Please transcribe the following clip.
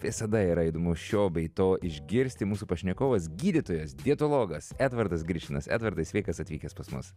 visada yra įdomu šio bei to išgirsti mūsų pašnekovas gydytojas dietologas edvardas grišinas edvardai sveikas atvykęs pas mus